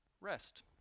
rest